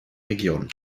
region